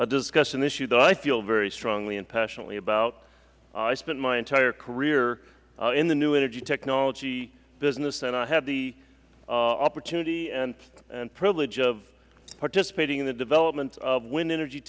discussing an issue that i feel very strongly and passionately about i spent my entire career in the new energy technology business and i had the opportunity and privilege of participating in the development of wind energy